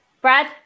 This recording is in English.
Brad